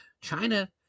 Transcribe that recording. China